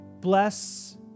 Bless